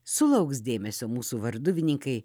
sulauks dėmesio mūsų varduvininkai